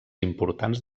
importants